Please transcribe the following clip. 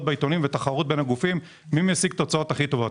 בעיתונים ותחרות בין הגוף מי משיג את התוצאות הכי טובות.